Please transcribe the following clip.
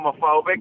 homophobic